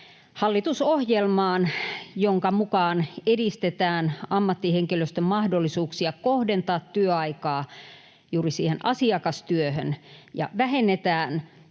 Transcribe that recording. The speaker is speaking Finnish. hallitusohjelmaan, jonka mukaan edistetään ammattihenkilöstön mahdollisuuksia kohdentaa työaikaa juuri siihen asiakastyöhön ja vähennetään